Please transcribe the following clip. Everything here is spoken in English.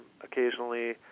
occasionally